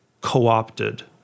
co-opted